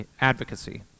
advocacy